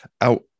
out